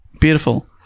Beautiful